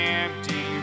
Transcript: empty